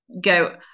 go